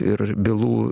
ir bylų